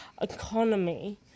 economy